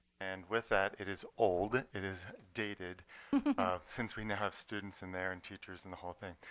and with that, it is old. it is dated since we now have students in there and teachers and the whole thing.